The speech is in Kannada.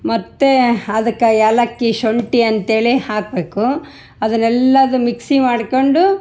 ಮತ್ತು ಅದಕ್ಕೆ ಏಲಕ್ಕಿ ಶುಂಠಿ ಅಂತೇಳಿ ಹಾಕಬೇಕು ಅದನ್ನೆಲ್ಲಾದು ಮಿಕ್ಸಿ ಮಾಡ್ಕೊಂಡು